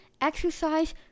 exercise